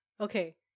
Okay